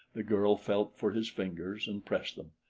the girl felt for his fingers and pressed them.